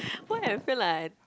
why I feel like I